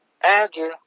Andrew